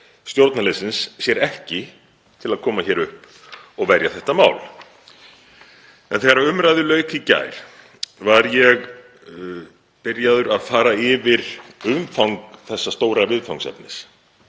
stjórnarliðsins sér ekki til að koma hér upp og verja þetta mál. Þegar umræðu lauk í gær var ég byrjaður að fara yfir umfang þessa stóra viðfangsefnis